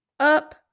Up